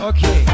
Okay